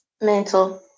Mental